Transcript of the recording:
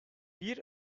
bir